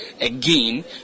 again